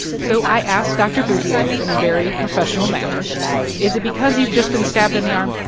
so i asked dr. bouvier in a very professional manner is it because you've just been stabbed in the arm?